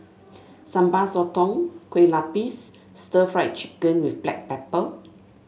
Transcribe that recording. Sambal Sotong Kueh Lapis and stir Fry Chicken with Black Pepper